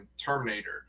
terminator